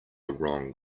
wrong